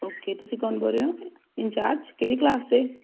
okay ਤੁਸੀਂ ਕੌਣ ਬੋਲ ਰਹੇ ਓ ਇੰਨਚਾਰਜ ਕਿਹੜੀ ਕਲਾਸ ਦੇ